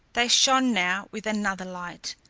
they shone now with another light,